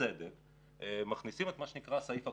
מכניסים את מה שנקרא "סעיף הקורונה"